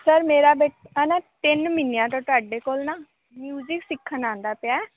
sir ਮੇਰਾ ਬੇਟਾ ਨਾ ਤਿੰਨ ਮਹੀਨਿਆਂ ਤੋਂ ਤੁਹਾਡੇ ਕੋਲ ਨਾ ਮਿਊਜਿਕ ਸਿੱਖਣ ਆਉਂਦਾ ਪਿਆ